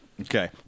Okay